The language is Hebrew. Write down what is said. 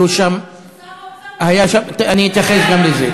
שמעתי ששר האוצר, אני אתייחס גם לזה.